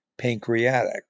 pancreatic